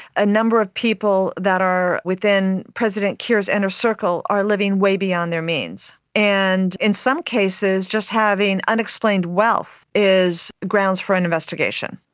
a number of people that are within president kiir's inner circle are living way beyond their means. and in some cases, just having unexplained wealth is grounds for an investigation.